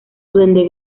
duende